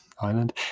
island